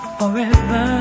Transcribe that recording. forever